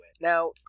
Now